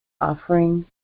offering